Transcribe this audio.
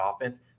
offense